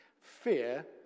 Fear